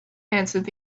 answered